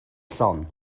llon